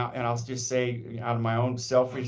and i'll so just say on my own self,